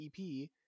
EP